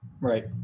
Right